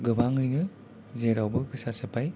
गोबाङैनो जेरावबो गोसार जोबबाय